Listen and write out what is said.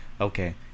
okay